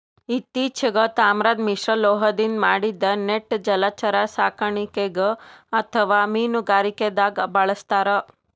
ಇತ್ತಿಚೀಗ್ ತಾಮ್ರದ್ ಮಿಶ್ರಲೋಹದಿಂದ್ ಮಾಡಿದ್ದ್ ನೆಟ್ ಜಲಚರ ಸಾಕಣೆಗ್ ಅಥವಾ ಮೀನುಗಾರಿಕೆದಾಗ್ ಬಳಸ್ತಾರ್